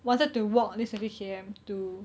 wanted to walk this twenty K_M to